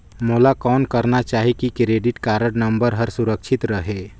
मोला कौन करना चाही की क्रेडिट कारड नम्बर हर सुरक्षित रहे?